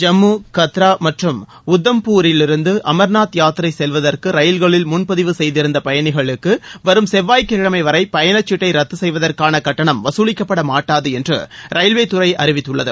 ஜம்மு கத்ரா மற்றும் உதம்பூரிலிருந்து அமர்நாத் யாத்திரை செல்வதற்கு ரயில்களில் முன்பதிவு செய்திருந்த பயனிகளுக்கு வரும் செவ்வாய்க்கிழமை வரை பயணச்சீட்டை ரத்து செய்வதற்கான கட்டணம் வசூலிக்கப்படமாட்டாது என்று ரயில்வேதுறை அறிவித்துள்ளது